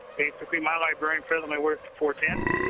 basically, my librarian presently works four, ten.